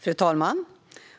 Fru talman!